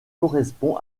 correspond